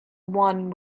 won